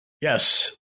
Yes